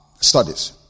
studies